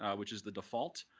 which is the default.